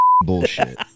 bullshit